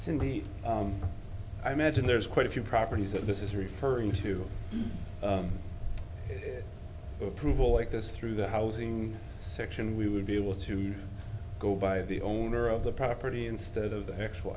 cindy i imagine there's quite a few properties that this is referring to prove all like this through the housing section we would be able to go by the owner of the property instead of the actual